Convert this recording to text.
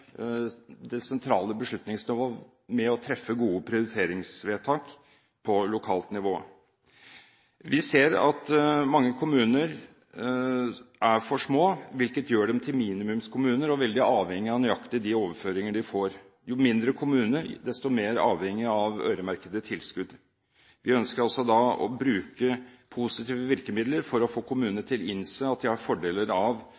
det sentrale beslutningsnivå med å treffe gode prioriteringsvedtak på lokalt nivå. Vi ser at mange kommuner er for små, hvilket gjør dem til minimumskommuner og veldig avhengig av nøyaktig de overføringene de får. Jo mindre kommunene er, desto mer avhengig er de av øremerkede tilskudd. Vi ønsker da å bruke positive virkemidler for å få kommunene til å innse at de har fordeler av